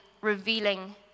revealing